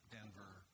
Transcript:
Denver